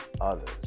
others